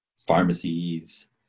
pharmacies